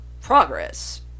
progress